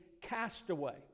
castaway